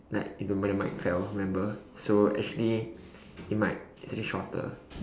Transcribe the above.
like it the mic when the mic fell remember so actually it might actually shorter